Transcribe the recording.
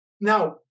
now